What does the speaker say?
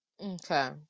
Okay